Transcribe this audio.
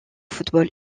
football